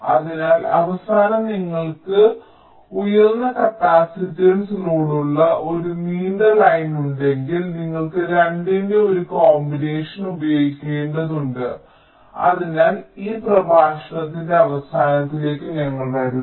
അതിനാൽ അവസാനം നിങ്ങൾക്ക് ഉയർന്ന കപ്പാസിറ്റൻസ് ലോഡുള്ള ഒരു നീണ്ട ലൈൻ ഉണ്ടെങ്കിൽ നിങ്ങൾ 2ന്റെ ഒരു കോമ്പിനേഷൻ ഉപയോഗിക്കേണ്ടതുണ്ട് അതിനാൽ ഈ പ്രഭാഷണത്തിന്റെ അവസാനത്തിലേക്ക് ഞങ്ങൾ വരുന്നു